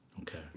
Okay